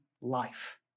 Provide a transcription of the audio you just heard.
life